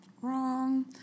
Wrong